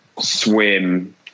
swim